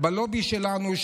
בלובי שלנו,